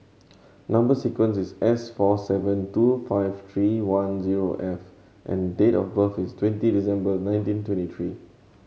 number sequence is S four seven two five tree one zero F and date of birth is twenty December nineteen twenty tree